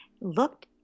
looked